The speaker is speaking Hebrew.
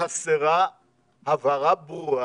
חסרה הבהרה ברורה